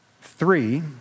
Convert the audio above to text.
three